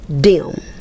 dim